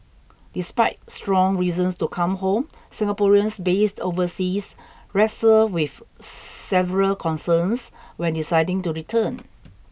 despite strong reasons to come home Singaporeans based overseas wrestle with several concerns when deciding to return